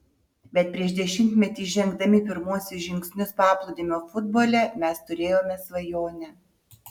bet prieš dešimtmetį žengdami pirmuosius žingsnius paplūdimio futbole mes turėjome svajonę